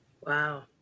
Wow